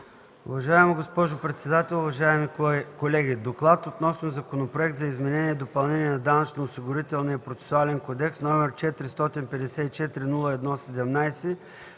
Уважаема госпожо председател, уважаеми колеги! „ДОКЛАД относно Законопроект за изменение и допълнение на Данъчно-осигурителния процесуален кодекс, № 454-01-17,